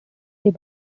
they